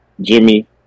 Jimmy